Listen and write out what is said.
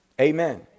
Amen